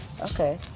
Okay